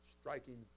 striking